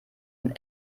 ein